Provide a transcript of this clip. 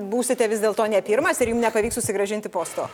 būsite vis dėlto ne pirmas ir jum nepavyks susigrąžinti posto